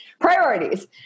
Priorities